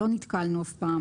אף פעם